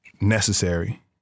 necessary